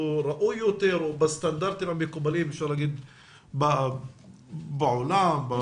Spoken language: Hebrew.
ראוי יותר או בסטנדרטים המקובלים בעולם או בארגון הבריאות?